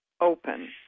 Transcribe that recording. open